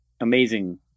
amazing